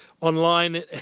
online